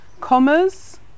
Commas